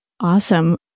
awesome